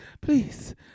Please